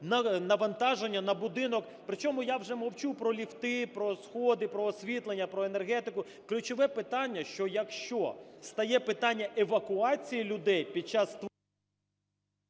Навантаження на будинок, причому я вже мовчу про ліфти, про сходи, про освітлення, про енергетику. Ключове питання, що якщо стає питання евакуації людей під час…